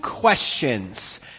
questions